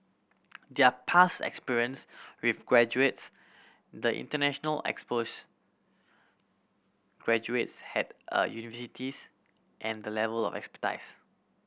their past experience with graduates the international exposure graduates had at the universities and the level of expertise